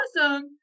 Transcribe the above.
awesome